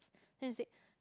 then she said